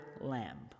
lamb